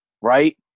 right